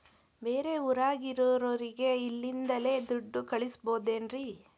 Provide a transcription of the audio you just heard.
ಬೇರೆ ಊರಾಗಿರೋರಿಗೆ ಇಲ್ಲಿಂದಲೇ ದುಡ್ಡು ಕಳಿಸ್ಬೋದೇನ್ರಿ?